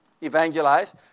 Evangelize